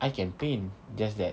I can paint just that